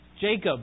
Jacob